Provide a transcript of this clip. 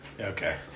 okay